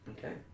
Okay